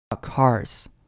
cars